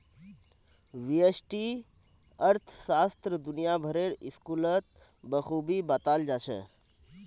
व्यष्टि अर्थशास्त्र दुनिया भरेर स्कूलत बखूबी बताल जा छह